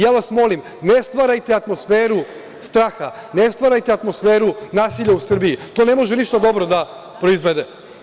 Ja vas molim, ne stvarajte atmosferu straha, ne stvarajte atmosferu nasilja u Srbiji, to ne može ništa dobro da proizvede.